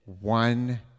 One